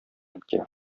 эткә